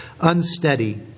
unsteady